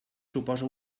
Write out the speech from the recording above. suposa